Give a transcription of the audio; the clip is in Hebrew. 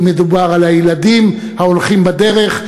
אם מדובר על הילדים ההולכים בדרך,